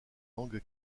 langue